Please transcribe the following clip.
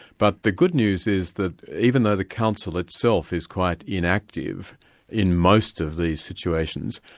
but the good news is that even though the council itself is quite inactive in most of these situations,